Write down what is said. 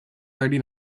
thirty